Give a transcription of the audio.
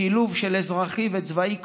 שילוב של אזרחי וצבאי,